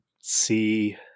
see